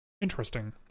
interesting